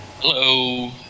Hello